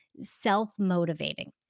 self-motivating